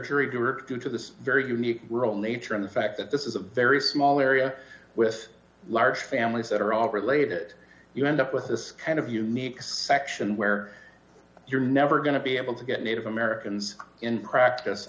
your due to this very unique role nature in the fact that this is a very small area with large families that are all related you end up with this kind of unique action where you're never going to be able to get native americans in practice